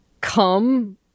come